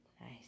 nice